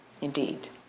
indeed